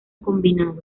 combinados